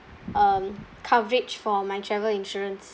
um coverage for my travel insurance